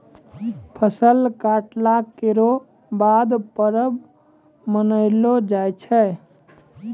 फसल कटला केरो बाद परब मनैलो जाय छै